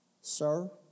Sir